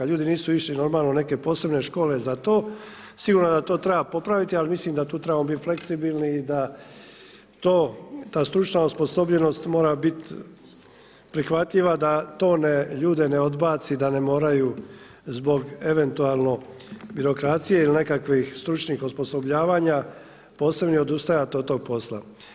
Ljudi nisu išli, normalno u neke posebne škole za to, sigurno da to treba popraviti, ali mislim da tu trebamo biti fleksibilni i da to, ta stručna osposobljenost mora biti prihvatljiva da to ljude ne odbaci, da ne moraju zbog eventualno birokracije ili nekakvih stručnih osposobljavanja postanu odustajat od tog posla.